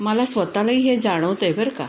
मला स्वतःलाही हे जाणवतं आहे बरं का